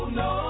no